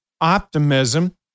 optimism